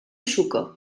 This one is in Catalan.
xúquer